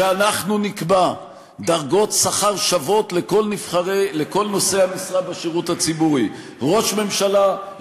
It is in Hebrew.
שאנחנו נקבע דרגות שכר שוות לכל נושאי המשרה בשירות הציבורי: ראש ממשלה,